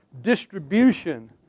distribution